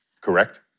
correct